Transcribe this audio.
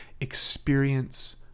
experience